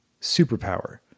superpower